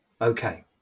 Okay